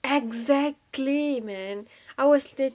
exactly man I was said